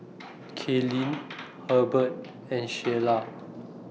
Kaylynn Herbert and Sheila